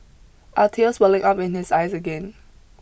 are tears welling up in his eyes again